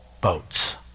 boats